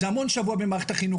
זה המון זמן שבוע במערכת החינוך,